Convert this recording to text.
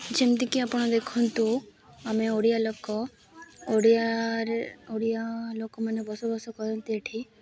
ଯେମିତିକି ଆପଣ ଦେଖନ୍ତୁ ଆମେ ଓଡ଼ିଆ ଲୋକ ଓଡ଼ିଆରେ ଓଡ଼ିଆ ଲୋକମାନେ ବସବାସ କରନ୍ତି ଏଠି